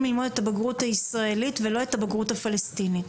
ללמוד את הבגרות הישראלית ולא את הבגרות הפלסטינית.